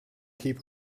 keep